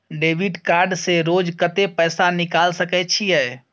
Debit card से रोज कत्ते पैसा निकाल सके छिये?